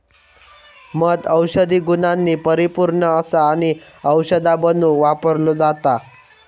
मध औषधी गुणांनी परिपुर्ण असा आणि औषधा बनवुक वापरलो जाता